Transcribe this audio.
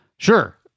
sure